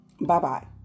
Bye-bye